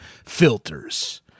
Filters